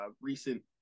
recent